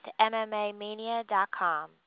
MMAmania.com